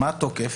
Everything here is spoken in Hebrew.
מה התוקף?